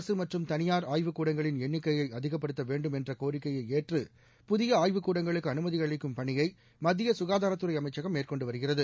அரசு மற்றும் தனியார் ஆய்வுக்கூடங்களின் எண்ணிக்கையை அதிகப்படுத்த வேண்டும் என்ற கோரிக்கையை ஏற்று புதிய ஆய்வுக்கூடங்களுக்கு அனுமதி அளிக்கும் பணியை மத்திய ககாதாரத்துறை அமைச்சகம் மேற்கொண்டு வருகிறது